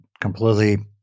completely